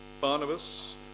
Barnabas